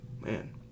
man